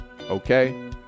okay